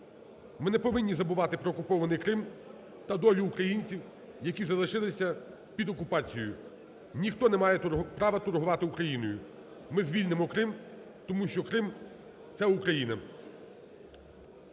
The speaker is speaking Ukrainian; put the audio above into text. Ми не повинні забувати про окупований Крим та долі українців, які залишилися під окупацією. Ніхто не має права торгувати Україною. Ми звільнимо Крим, тому що Крим – це Україна.